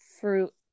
fruit